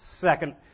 second